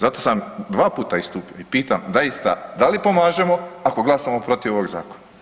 Zato sam 2 puta istupio i pitam zaista da li pomažemo ako glasamo protiv ovog zakona?